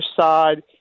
side